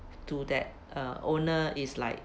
to that err owner is like